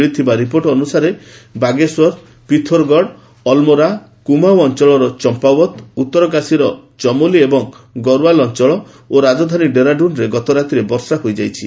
ମିଳିଥିବା ରିପୋର୍ଟ ଅନୁସାରେ ବାଗେଶ୍ୱର ପିଥୋରଗଡ଼ ଅଲମୋରା କୁମାଉଁ ଅଞ୍ଚଳର ଚମ୍ପାୱତ ଉତ୍ତରକାଶୀର ଚମୋଲି ଏବଂ ଗରୱାଲ ଅଞ୍ଚଳ ଓ ରାଜଧାନୀ ଡେରାଡୁନ୍ରେ ଗତରାତିରେ ବର୍ଷା ହୋଇଛି